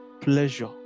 pleasure